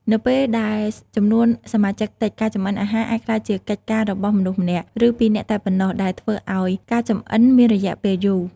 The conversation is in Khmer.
នៅពេលដែលចំនួនសមាជិកតិច ការចម្អិនអាហារអាចក្លាយជាកិច្ចការរបស់មនុស្សម្នាក់ ឬពីរនាក់តែប៉ុណ្ណោះដែលធ្វើអោយការចម្អិនមានរយះពេលយូរ។